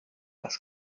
das